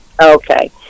Okay